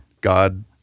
God